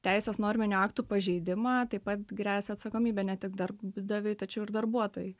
teisės norminių aktų pažeidimą taip pat gresia atsakomybė ne tik darbdaviui tačiau ir darbuotojui